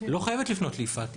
לא חייבת לפנות ליפעת,